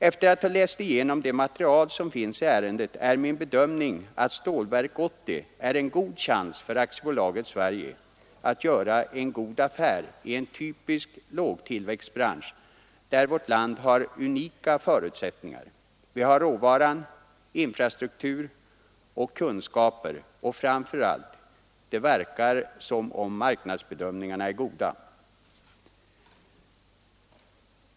Efter att ha läst igenom det material som finns i ärendet är min bedömning att Stålverk 80 är en bra chans för AB Sverige att göra en god affär i en typisk lågtillväxtbransch, där vårt land har unika förutsättningar. Vi har råvara, infrastruktur och kunskaper, och framför allt: marknadsbedömningarna är goda.